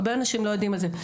הרבה אנשים לא יודעים על זה,